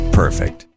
perfect